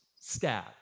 stab